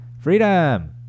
Freedom